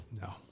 No